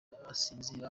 asinzira